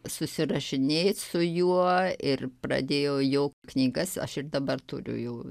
susirašinėt su juo ir pradėjo jo knygas aš ir dabar turiu jo